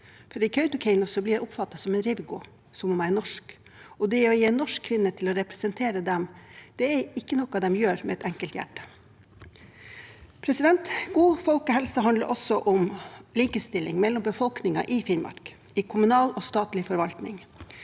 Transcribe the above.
i Kautokeino blir jeg oppfattet som en «rivgu», som om jeg er norsk, og å gi en norsk kvinne en stemme for å representere dem er ikke noe de gjør med lett hjerte. God folkehelse handler også om likestilling mellom befolkningen i Finnmark, i kommunal og statlig forvaltning.